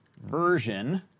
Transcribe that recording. version